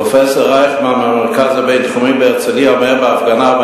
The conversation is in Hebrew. פרופסור רייכמן מהמרכז הבין-תחומי בהרצלייה אומר בהפגנה: